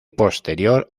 posterior